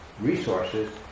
resources